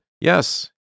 Yes